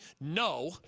No